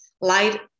light